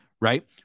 right